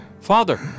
Father